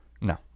no